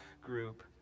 group